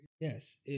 Yes